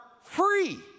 free